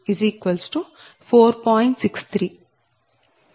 63